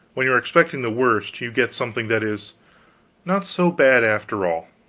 when you are expecting the worst, you get something that is not so bad, after all.